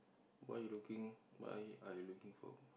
why you looking what are you looking for